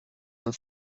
and